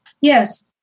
Yes